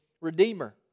Redeemer